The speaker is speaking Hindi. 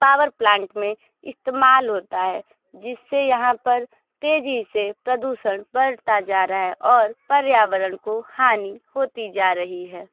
पावर प्लांट में इस्तेमाल होता है जिससे यहाँ पर तेजी से प्रदूषण बढ़ता जा रहा है और पर्यावरण को हानि होती जा रही है